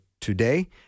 today